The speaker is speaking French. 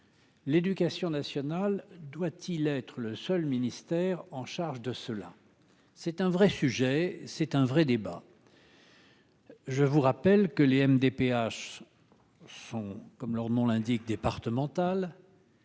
L'éducation nationale doit-il être le seul ministère en charge de ceux-là, c'est un vrai sujet, c'est un vrai débat. Je vous rappelle que les MDPH sont comme leur nom l'indique départemental.